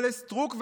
לסטרוק,